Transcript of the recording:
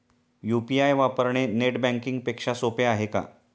UPI वापरणे net banking पेक्षा सोपे आहे का?